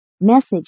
Message